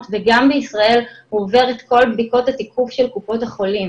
וגם בישראל הוא עובר את כל בדיקות התיקוף של קופות החולים.